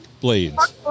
blades